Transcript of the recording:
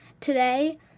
Today